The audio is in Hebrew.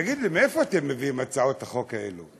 תגיד לי, מאיפה אתם מביאים הצעות החוק האלה?